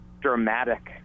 dramatic